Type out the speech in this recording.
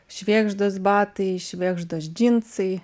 švėgždos batai švėgždos džinsai